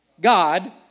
God